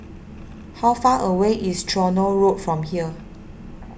how far away is Tronoh Road from here